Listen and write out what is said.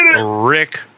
Rick